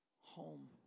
home